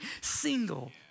single